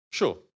Sure